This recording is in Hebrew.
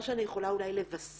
מה שאני יכולה אולי לבשר